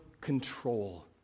control